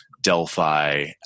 Delphi